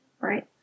Right